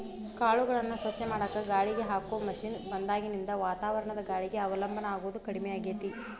ಕಾಳುಗಳನ್ನ ಸ್ವಚ್ಛ ಮಾಡಾಕ ಗಾಳಿಗೆ ಹಾಕೋ ಮಷೇನ್ ಬಂದಾಗಿನಿಂದ ವಾತಾವರಣದ ಗಾಳಿಗೆ ಅವಲಂಬನ ಆಗೋದು ಕಡಿಮೆ ಆಗೇತಿ